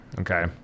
Okay